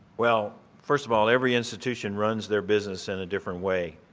well, first of all, every institution runs their business in a different way.